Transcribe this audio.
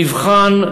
נבחן,